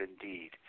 indeed